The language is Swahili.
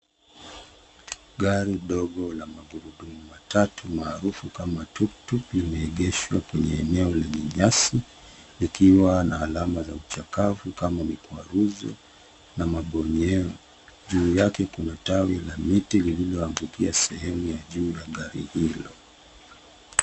Gari dogo la magurudumu matatu maarufu kama tuktuk limeegeshwa kwenye eneo lenye nyasi likiwa na alama za uchakavu kama limekwaruzwa na mabonyevu. Juu yake kuna tawi la mti lililongukia sehemu ya juu ya gari hilo.